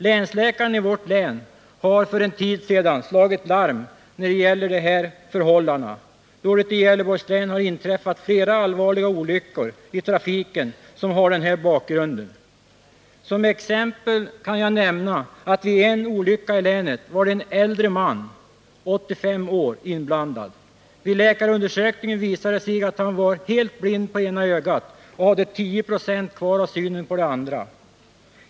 Länsläkaren i vårt län har för en tid sedan slagit larm när det gäller dessa förhållanden, då det i Gävleborgs län har inträffat flera allvarliga olyckor i trafiken som har den här bakgrunden. Som exempel kan jag nämna att vid en olycka i länet var en äldre man —85 år — inblandad. Vid läkarundersökningen visade det sig att han var helt blind på ena ögat och hade 10 96 kvar av synen på det andra.